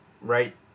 Right